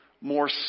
more